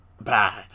bad